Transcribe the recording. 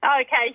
Okay